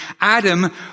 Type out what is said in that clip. Adam